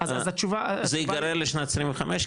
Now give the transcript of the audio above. זה ייגרר לשנת 25?